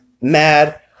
mad